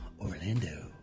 Orlando